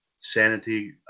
Sanity